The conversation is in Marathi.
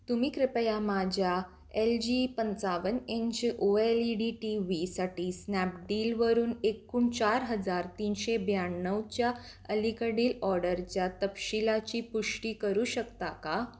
तुम्ही कृपया माझ्या एल जी पंचावन्न inch O L E D T व्हीसाठी स्नॅपडीलवरून एकूण चार हजार तीनशे ब्याण्णवच्या अलीकडील ऑडरच्या तपशीलाची पुष्टी करू शकता का